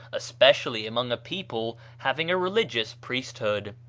especially among a people having a religious priesthood.